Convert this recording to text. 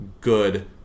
good